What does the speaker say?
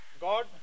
God